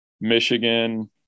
Michigan